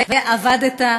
ועבדת.